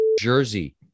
jersey